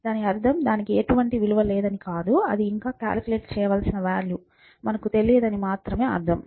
దాని అర్థం దానికి ఎటువంటి విలువ లేదని కాదు అది ఇంకా లెక్కించ చేయవలసిన వాల్యూ మనకు తెలియదని మాత్రమే అర్థం